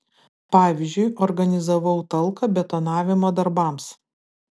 pavyzdžiui organizavau talką betonavimo darbams